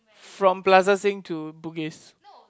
from Plaza Sing to bugis